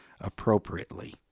appropriately